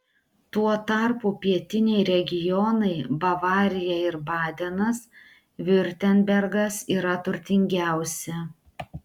tuo tarpu pietiniai regionai bavarija ir badenas viurtembergas yra turtingiausi